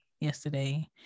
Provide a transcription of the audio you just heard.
yesterday